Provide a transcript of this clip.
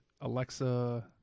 Alexa